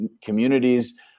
communities